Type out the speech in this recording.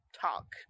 talk